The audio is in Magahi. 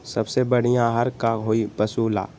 सबसे बढ़िया आहार का होई पशु ला?